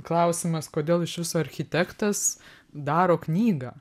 klausimas kodėl iš viso architektas daro knygą